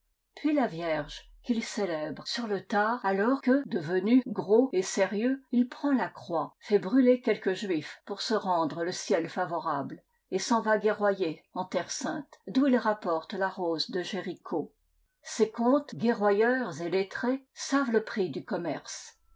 puis la vierge qu'il célèbre sur le tard alors que devenu gros et sérieux il prend la croix fait brûler quelques juifs pour se rendre le ciel favorable et s'en va guerroyer en terre sainte d'où il rapporte la rose de jéricho ces comtes guerroyeurs et lettrés savent le prix du commerce